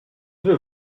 vais